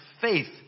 faith